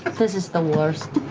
this is the worst.